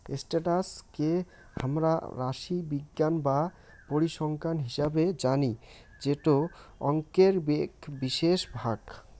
status কে হামরা রাশিবিজ্ঞান বা পরিসংখ্যান হিসেবে জানি যেটো অংকের এক বিশেষ ভাগ